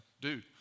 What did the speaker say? Dude